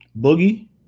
Boogie